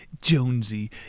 Jonesy